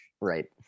Right